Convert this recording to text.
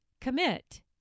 commit